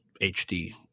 HD